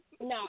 No